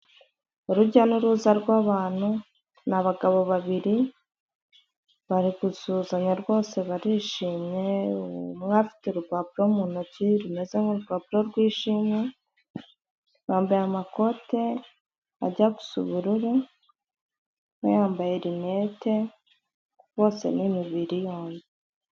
Urujya n'uruza rw'abantu ni abagabo babiri, bari gusuhuzanya rwose barishimye, umwe afite urupapuro mu ntoki rumeze nk'urupapuro rw'ishimwe, bambaye amakote ajya gu gusa ubururu, umwe yambaye rinete, bose ni imibiri yombi.